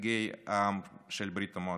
נציגי העם של ברית המועצות.